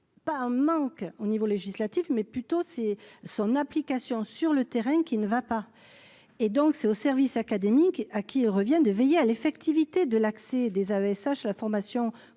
Pas un manque au niveau législatif, mais plutôt c'est son application sur le terrain qui ne va pas et donc c'est au Service académique à qui revient de veiller à l'effectivité de l'accès des AESH, la formation continue